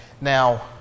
Now